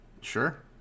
Sure